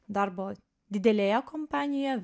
darbo didelėje kompanijoje